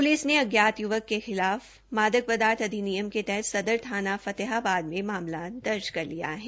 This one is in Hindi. पुलिस ने अज्ञात युवक के खिलाफ मादक पदार्थ अधिनियम के तहत सदर थाना फतेहाबाद मे मामला दर्ज कर लिया है